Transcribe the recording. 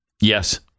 Yes